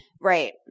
Right